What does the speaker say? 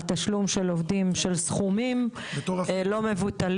על תשלום של עובדים של סכומים לא מבוטלים,